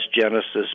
Genesis